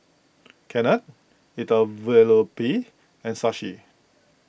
Ketna Elattuvalapil and Shashi